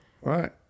Right